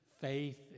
faith